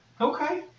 Okay